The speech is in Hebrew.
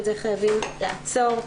את זה חייבים לעצור.